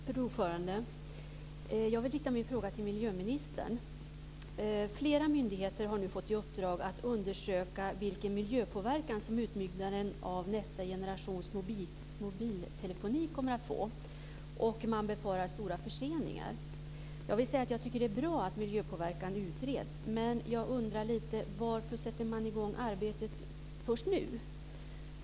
Fru talman! Jag vill rikta min fråga till miljöministern. Flera myndigheter har nu fått i uppdrag att undersöka vilken miljöpåverkan som utbyggnaden av nästa generations mobiltelefoni kommer att få, och man befarar stora förseningar. Jag tycker att det är bra att man utreder denna miljöpåverkan. Men jag undrar varför man sätter i gång arbetet först nu.